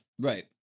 Right